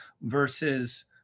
versus